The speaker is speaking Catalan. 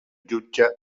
jutjat